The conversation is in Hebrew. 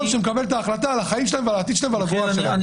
שמקבל את ההחלטה על החיים שלהם ועל העתיד שלהם --- אני